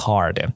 Hard